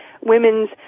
women's